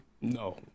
No